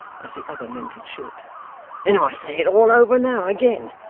as the other meant it should and i say it all over now, again.